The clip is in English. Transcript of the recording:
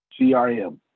CRM